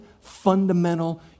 fundamental